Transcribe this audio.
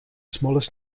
smallest